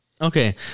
Okay